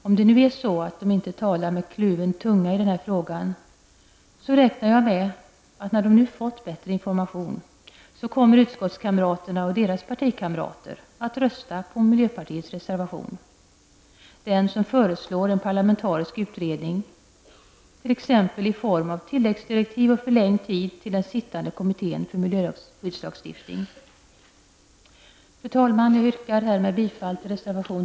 Om det nu är så att majoriteten inte talar med kluven tunga i den här frågan räknar jag med att utskottskamraterna och deras partikamrater kommer att rösta på miljöpartiets reservation när de nu fått bättre information. I den föreslås en parlamentarisk utredning, t.ex. i form av tilläggsdirektiv till och förlängd tid för den sittande kommittén för miljöskyddslagstiftningen. Fru talman! Jag yrkar härmed bifall till reservation